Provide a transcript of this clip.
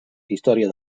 història